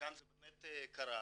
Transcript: וכאן זה באמת קרה.